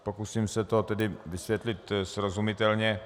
Pokusím se to tedy vysvětlit srozumitelně.